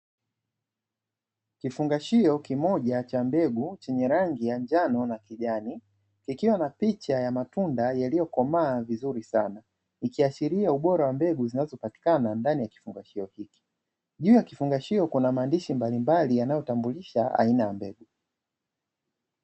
Kifungashio kimoja cha mbegu chenye rangi ya njano na kijani ikiwa na picha ya matunda yaliyokomaa vizuri sana. Ikiashiria ubora wa mbegu zinazopatikana ndani ya kifungashio hiki, juu ya kifungashio kuna maandishi mbalimbali yanayotambulisha aina ya mbegu.